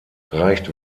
reicht